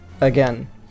again